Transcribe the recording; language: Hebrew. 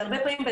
פעמים רבות,